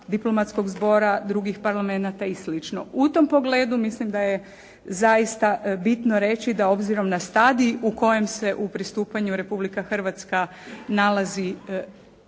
diplomatskog zbora drugih parlamenata i slično. U tom pogledu, mislim da je zaista bitno reći da obzirom na stadij u kojem se u pristupanju Republika Hrvatska nalazi